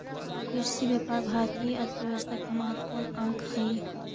कृषिव्यापार भारतीय अर्थव्यवस्था के महत्त्वपूर्ण अंग हइ